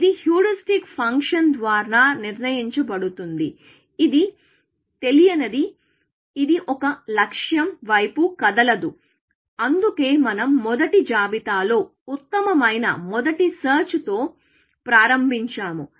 ఇది heuristic function ద్వారా నిర్ణయించబడుతుంది ఇది తెలియనిది ఇది ఒక లక్ష్యం వైపు కదలదు అందుకే మనం మొదటి జాబితాలో ఉత్తమమైన మొదటి సెర్చ్ తో ప్రారంభించాము